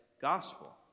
gospel